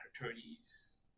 attorneys